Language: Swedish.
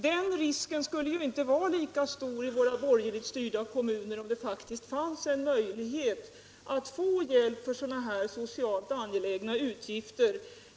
Den risken skulle inte vara lika stor i våra borgerligt styrda kommuner om det faktiskt fanns en möjlighet att få hjälp för sådana här socialt angelägna uppgifter.